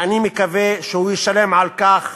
ואני מקווה שהוא ישלם על כך